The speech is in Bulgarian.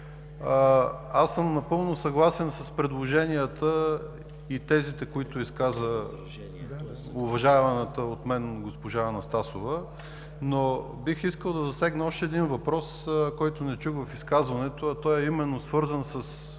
Аз съм напълно съгласен с предложенията и тезите, които изказа уважаваната от мен госпожа Анастасова, но бих искал да засегна още един въпрос, който не чух в изказването, а той е именно свързан с